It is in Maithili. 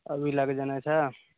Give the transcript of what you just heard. अभी लए कऽ जेनाइ छै